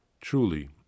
Truly